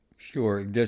Sure